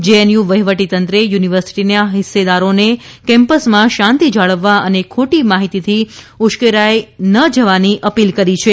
JNU વહીવટીતંત્રે યુનિવર્સિટીના હિસ્સેદારોને કેમ્પસમાં શાંતિ જાળવવા અને ખોટી માહિતીથી ઉશ્કેરાઈ નહી જવાની અપીલ કરી છે